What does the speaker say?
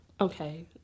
Okay